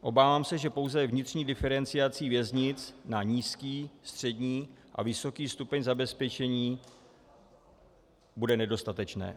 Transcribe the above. Obávám se, že pouze vnitřní diferenciace věznic na nízký, střední a vysoký stupeň zabezpečení bude nedostatečná.